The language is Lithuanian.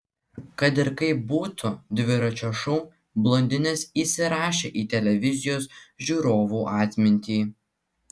kad ir kaip būtų dviračio šou blondinės įsirašė į televizijos žiūrovų atmintį